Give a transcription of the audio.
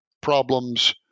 problems